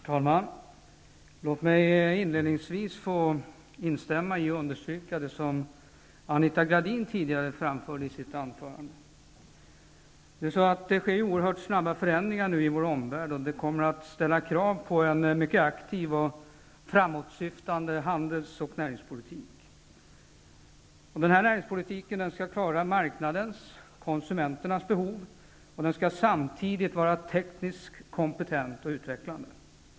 Herr talman! Låt mig inledningsvis få instämma i och understryka det som Anita Gradin tidigare framförde i sitt anförande. Det sker nu oerhört snabba förändringar i vår omvärld, och det kommer att ställa krav på en mycket aktiv och framåtsyftande handels och näringspolitik. Näringspolitiken skall klara marknadens, konsumenternas, behov och samtidigt vara tekniskt kompetent och utvecklande.